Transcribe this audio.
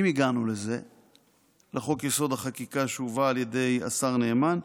אם הגענו לחוק-יסוד: החקיקה שהובא על ידי השר נאמן,